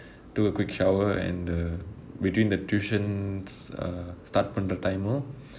took a quick shower and err between the tuitions uh start பன்ற:pandra time மும்:mum